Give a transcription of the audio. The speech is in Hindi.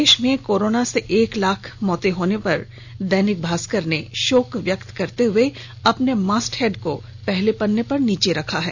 देश में कोरोना से एक लाख मौतें होने पर दैनिक भास्कर ने शोक व्यक्त करते हुए अपने मास्ट हैड को पहले पन्ने पर नीचे रखा है